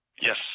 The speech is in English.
Yes